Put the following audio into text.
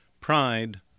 Pride